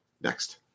Next